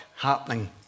happening